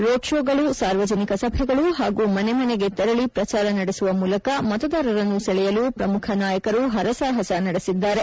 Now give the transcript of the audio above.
road ಶೋಗಳು ಸಾರ್ವಜನಿಕ ಸಭೆಗಳು ಹಾಗೂ ಮನೆ ಮನೆಗೆ ತೆರಳಿ ಪ್ರಚಾರ ನಡೆಸುವ ಮೂಲಕ ಮತದಾರರನ್ನು ಸೆಳೆಯಲು ಪ್ರಮುಖ ನಾಯಕರು ಹರಸಾಹಸ ನಡೆಸಿದ್ದಾರೆ